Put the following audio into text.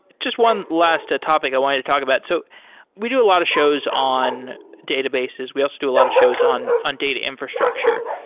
just one last topic i wanted to talk about. so we do a lot of shows on databases. we also do a lot of shows on on data infrastructure.